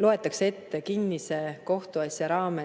loetakse ette kinnise kohtuasja raames